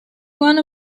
one